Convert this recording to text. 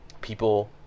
People